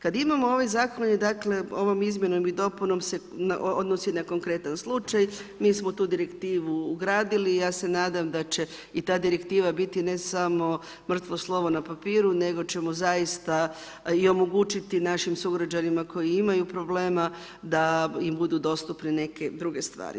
Kad imamo ovaj zakon, dakle ovom izmjenom i dopunom se odnosi na konkretan slučaj, mi smo tu direktivu ugradili, ja se nadam da će i ta direktiva biti, ne samo mrtvo slovo na papiru, nego ćemo zaista omogućiti našim sugrađanima koji imaju problema da im budu dostupne neke druge stvari.